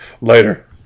Later